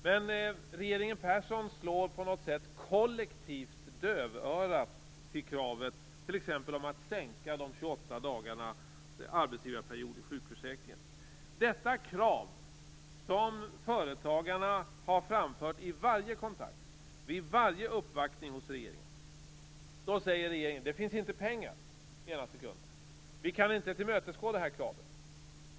Men regeringen Persson slår kollektivt dövörat till, t.ex. när det gäller kravet på att minska de 28 dagarnas arbetsgivarperiod i sjukförsäkringen. Detta krav har företagarna framfört vid varje kontakt, vid varje uppvaktning hos regeringen. Regeringen säger ena sekunden att det inte finns pengar, att man inte kan tillmötesgå kravet.